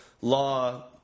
law